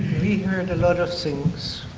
we heard a lot of things.